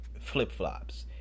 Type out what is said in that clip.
flip-flops